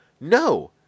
No